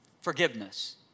forgiveness